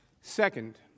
Second